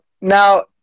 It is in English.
Now